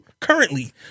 currently